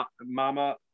Mama